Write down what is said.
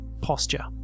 posture